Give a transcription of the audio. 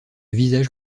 visage